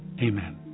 Amen